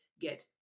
get